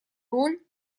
роль